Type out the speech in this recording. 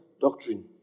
doctrine